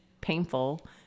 painful